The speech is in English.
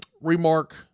remark